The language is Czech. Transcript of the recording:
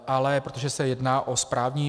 Ale protože se jedná o správní...